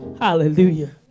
Hallelujah